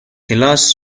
کلاس